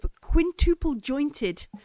quintuple-jointed